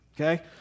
okay